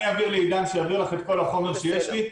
אני אעביר לעידן שיעביר לך את כל החומר שיש לי.